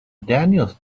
daniels